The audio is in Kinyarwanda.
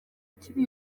kiri